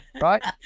Right